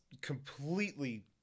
completely